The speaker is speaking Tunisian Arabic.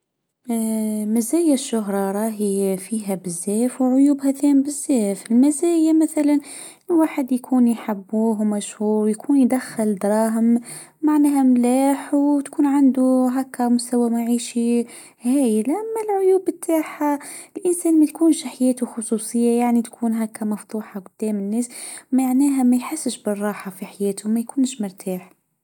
مزاي الشهره رائهي فيها بالزاف وعيوبها زين بالزاف .المزايا مثلا واحد يكون يحبوه و مشهور، يكون يدخل دراهم معناها ملاح وتكون عنده هكه مستوى معيشي هايل. اما العيوب بتاعها الانسان ما يكونش حياته خصوصيه يعني تكون هكا مفضوحه جدام الناس معناها ما يحسش بالراحه في حياته ما يكونش مرتاح.